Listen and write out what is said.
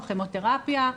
כימותרפיה,